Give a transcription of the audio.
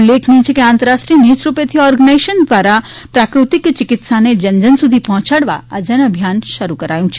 ઉલ્લેખનીય છે કે આંતરરાષ્ટ્રીય નેયરોપેથી ઓર્ગેનાઇઝેશન દ્વારા પ્રાકૃતિક ચિકિત્સાને જનજન સુધી પહોંચાડવા આ જનઅભિયાન શરૂ કરાયું છે